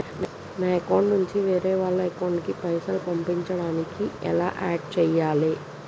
నా అకౌంట్ నుంచి వేరే వాళ్ల అకౌంట్ కి పైసలు పంపించడానికి ఎలా ఆడ్ చేయాలి?